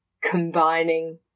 combining